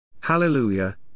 Hallelujah